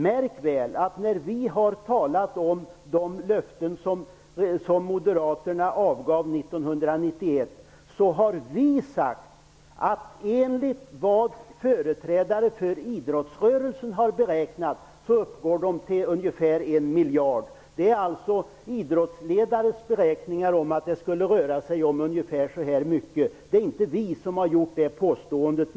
Märk väl, att när vi har talat om de löften som Moderaterna avgav 1991 har vi sagt att företrädare för idrottsrörelsen beräknat att kostnaderna för de löftena uppgår till 1 miljard. Det är alltså inte vi som har gjort det påståendet.